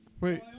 Wait